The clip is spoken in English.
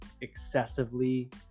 excessively